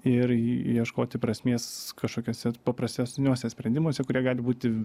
ir ieškoti prasmės kažkokiuose paprastesniuose sprendimuose kurie gali būti